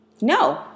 No